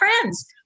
friends